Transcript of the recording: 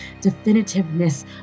definitiveness